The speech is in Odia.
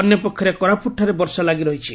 ଅନ୍ୟପକ୍ଷରେ କୋରାପୁଟଠାରେ ବର୍ଷା ଲାଗି ରହିଛି